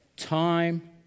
Time